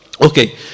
Okay